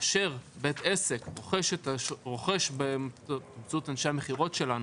כאשר בית עסק רוכש, באמצעות אנשי המכירות שלנו,